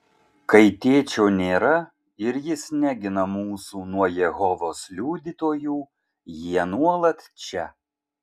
kai tėčio nėra ir jis negina mūsų nuo jehovos liudytojų jie nuolat čia